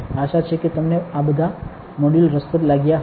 આશા છે કે તમને આ બધા મોડ્યુલ રસપ્રદ લાગ્યાં હશે